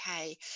okay